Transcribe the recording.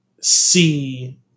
see